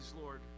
Lord